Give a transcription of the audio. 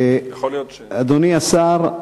אדוני השר,